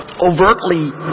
overtly